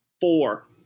four